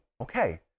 okay